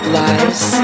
lies